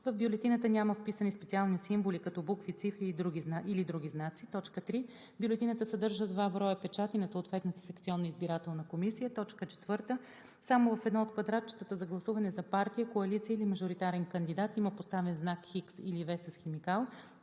в бюлетината няма вписани специални символи, като букви, цифри или други знаци; 3. бюлетината съдържа два броя печати на съответната секционна избирателна комисия; 4. само в едно от квадратчетата за гласуване за партия, коалиция или мажоритарен кандидат има поставен знак „Х“ или „V“ с химикал,